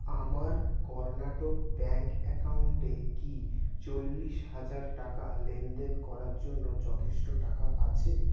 আমার কর্ণাটক ব্যাঙ্ক অ্যাকাউন্টে কি চল্লিশ হাজার টাকা লেনদেন করার জন্য যথেষ্ট টাকা আছে